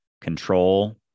control